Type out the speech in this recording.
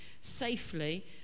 safely